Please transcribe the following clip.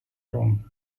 wrong